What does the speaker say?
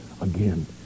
again